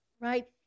right